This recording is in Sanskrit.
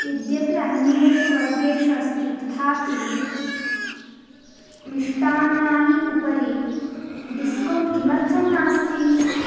यद्यपि अन्येषु वर्गेषु अस्ति तथापि मिष्टान्नानि उपरि डिस्कौण्ट् किमर्थम् नास्ति